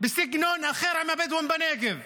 בסגנון אחר עם הבדואים בנגב,